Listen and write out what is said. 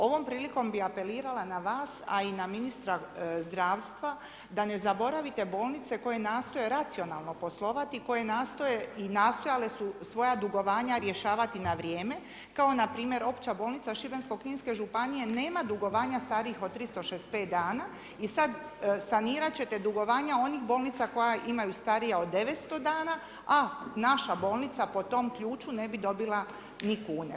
Ovom prilikom bi apelirala na vas a i na ministra zdravstva da ne zaboravite bolnice koje nastoje racionalno poslovati, koje nastoje i nastojale su svoja dugovanja rješavati na vrijeme kao npr. Opća bolnica Šibensko-kninske županije nema dugovanja starijih od 365 dana i sad sanirat ćete dugovanja onih bolnica koje imaju starija od 900 dana, a naša bolnica po tom ključu ne bi dobila ni kune.